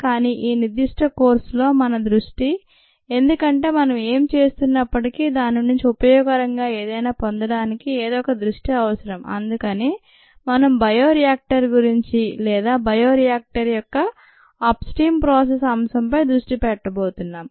కానీ ఈ నిర్దిష్ట కోర్సులో మన దృష్టి ఎందుకంటే మనం ఏమి చేస్తున్నప్పటికీ దాని నుండి ఉపయోగకరంగా ఏదైనా పొందడానికి ఏదో ఒక దృష్టి అవసరం అందుకని మనం బయోరియాక్టర్ గురించి లేదా బయో రియాక్టరు యొక్క అప్ స్ట్రీమ్ ప్రాసెస్ అంశం పై దృష్టి పెట్టబోతున్నాము